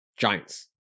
Giants